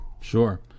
sure